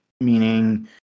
meaning